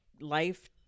life